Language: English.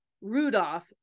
rudolph